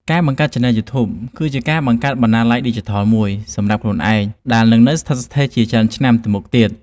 ការបង្កើតឆានែលយូធូប គឺជាការបង្កើតបណ្ណាល័យឌីជីថលមួយសម្រាប់ខ្លួនឯងដែលនឹងនៅស្ថិតស្ថេរជាច្រើនឆ្នាំទៅមុខទៀត។